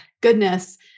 goodness